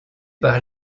par